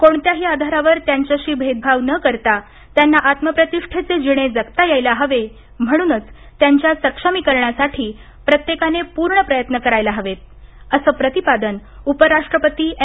कोणत्याही आधारावर त्यांच्याशी भेदभाव न करता त्यांना आत्मप्रतिष्ठेचे जिणे जगता यायला हवे म्हणूनच त्यांच्या सक्षमीकरणासाठी प्रत्येकाने पूर्ण प्रयत्न करायला हवेत असं प्रतिपादन उपराष्ट्रपती एम